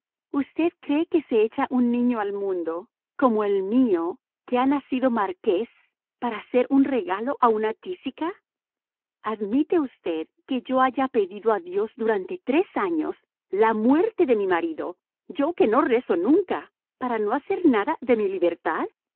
usted cree que se echa un niño al mundo como el mío que ha nacido marqués para hacer un regalo a una tísica admite usted que yo haya pedido a dios durante tres años la muerte de mi marido yo que no rezo nunca para no hacer nada de mi libertad